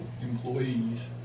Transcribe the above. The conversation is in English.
employees